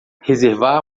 reservar